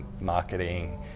marketing